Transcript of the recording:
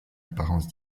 apparence